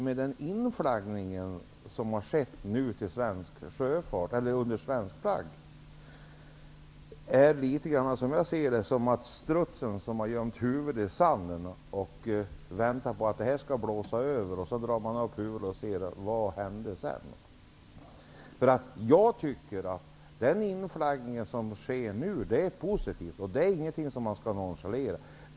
Den nonchalans han visar gentemot den inflaggning under svensk flagg som har skett är att likställa med strutsen som har gömt huvudet i sanden och väntar på att det skall blåsa över, och som sedan drar upp huvudet och ser vad som hände. Jag tycker att den inflaggning som sker nu är positiv, och den är ingenting som man skall nonchalera.